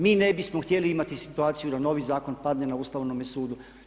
Mi ne bismo htjeli imati situaciju da novi zakon padne na Ustavnome sudu.